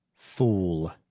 fool